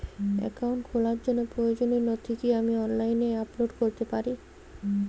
Account খোলার জন্য প্রয়োজনীয় নথি কি আমি অনলাইনে আপলোড করতে পারি?